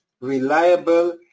reliable